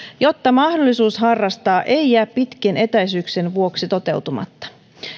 jotta mahdollisuus harrastaa ei jää pitkien etäisyyksien vuoksi toteutumatta